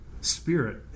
spirit